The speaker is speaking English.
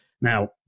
Now